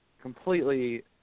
completely